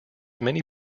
many